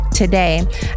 Today